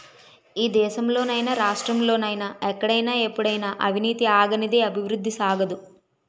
ఈ దేశంలో నైనా రాష్ట్రంలో నైనా ఎక్కడైనా ఎప్పుడైనా అవినీతి ఆగనిదే అభివృద్ధి సాగదు